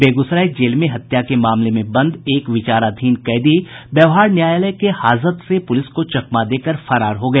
Begusarai jail में हत्या के मामले में बंद एक विचाराधीन कैदी व्यवहार न्यायालय के हाजत से पुलिस को चकमा देकर फरार हो गया